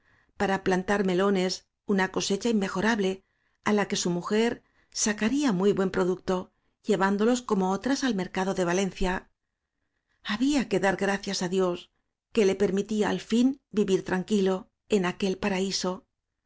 para plantar melones una cosecha inmejorable á la que su mujer sacaría muy buen producto llevándolos como otras al mer cado de valencia había que dar gracias á dios que le permi tía al fin vivir tranquilo en aquel paraíso